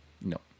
no